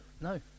No